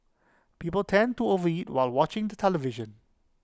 people tend to overeat while watching the television